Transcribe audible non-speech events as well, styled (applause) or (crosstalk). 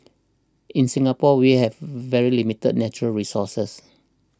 in Singapore we have (noise) very limited natural resources